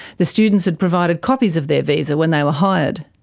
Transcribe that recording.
the students had provided copies of their visa when they were hired.